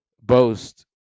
boast